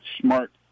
smart